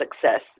success